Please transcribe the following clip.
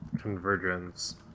Convergence